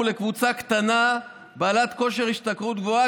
לקבוצה קטנה בעלת כושר השתכרות גבוה,